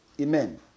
Amen